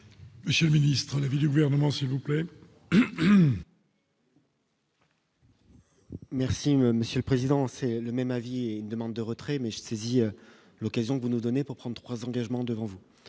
Monsieur le ministre, l'avis du gouvernement, s'il vous plaît. Merci monsieur le président, c'est le même avis, une demande de retrait mais je saisis l'occasion que vous nous donnez pour prendre 3 engagements devant vous